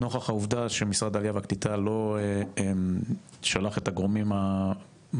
נוכח העובדה שמשרד העלייה והקליטה לא שלח את הגורמים המתאימים,